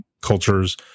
cultures